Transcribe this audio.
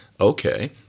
Okay